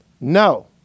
No